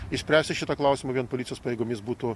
išspręsti šitą klausimą vien policijos pajėgomis būtų